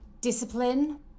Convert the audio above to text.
discipline